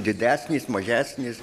didesnis mažesnis